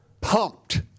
Pumped